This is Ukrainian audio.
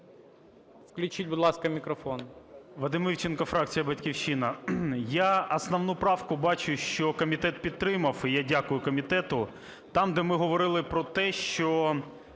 Включіть, будь ласка, мікрофон.